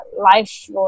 Life